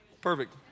perfect